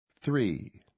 Three